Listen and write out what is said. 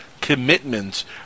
commitments